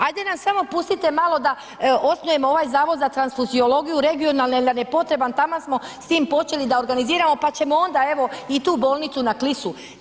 Hajde nam samo pustite malo da osnujemo ovaj Zavod za transfuziologiju regionalni jer je potreban, taman smo s tim počeli da organiziramo pa ćemo onda evo, i tu bolnicu na Klisu.